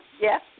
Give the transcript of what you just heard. Yes